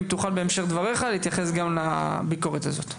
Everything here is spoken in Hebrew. אם תוכל בהמשך דבריך להתייחס גם לביקורת הזאת.